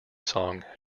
song